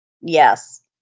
Yes